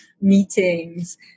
meetings